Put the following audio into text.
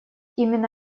именно